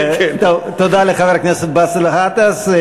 תודה לחבר הכנסת באסל גטאס.